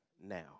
now